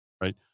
right